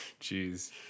Jeez